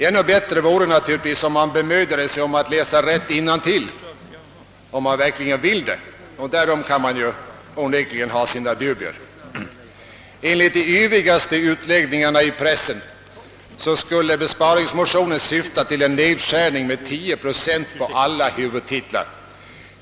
Ännu bättre vore det naturligtvis om man bemödade sig att läsa rätt innantill, om man verkligen vill det — därom kan man onekligen ha sina dubier. Enligt de yvigaste utläggningarna i pressen skulle besparingsmotionen syfta till en nedskärning av 10 procent på alla huvudtitlar.